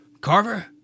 Carver